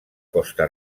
costa